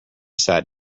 sat